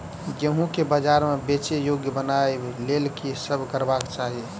गेंहूँ केँ बजार मे बेचै योग्य बनाबय लेल की सब करबाक चाहि?